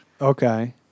Okay